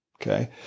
Okay